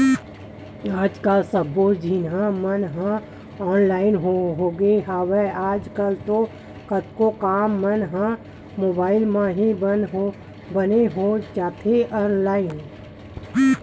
आज कल सब्बो जिनिस मन ह ऑनलाइन होगे हवय, आज कल तो कतको काम मन ह मुबाइल म ही बने हो जाथे ऑनलाइन